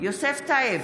יוסף טייב,